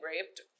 raped